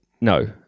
no